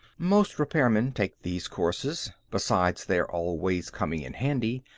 most repairmen take these courses. besides their always coming in handy,